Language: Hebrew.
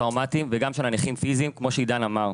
טראומתיים וגם של הנכים פיזיים כמו שעידן אמר.